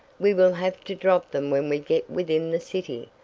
we will have to drop them when we get within the city,